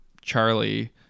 charlie